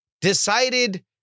decided